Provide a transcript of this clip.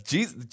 Jesus